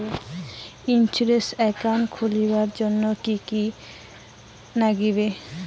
Savings account খুলির জন্যে কি কি করির নাগিবে?